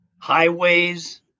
highways